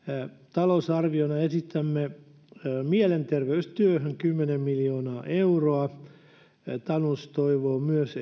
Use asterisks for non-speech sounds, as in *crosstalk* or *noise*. talousarvioon esitämme mielenterveystyöhön kymmentä miljoonaa euroa tanus toivoo myös *unintelligible*